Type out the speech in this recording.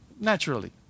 naturally